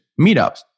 meetups